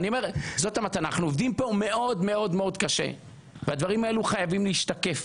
אני אומר שאנחנו עובדים פה מאוד-מאוד קשה והדברים האלה חייבים להשתקף